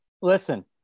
listen